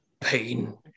pain